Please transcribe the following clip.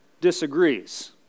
disagrees